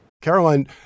Caroline